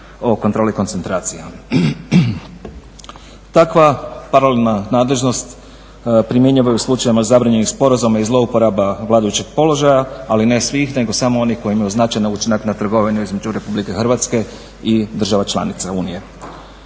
o kontroli koncentracija. Takva paralelna nadležnost primjenjiva je u slučajevima zabranjenih sporazuma i zlouporaba vladajućeg položaja, ali ne svih, nego samo onih koji imaju značajan učinak na trgovinu između Republike Hrvatske i država članica Unije.